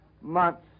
months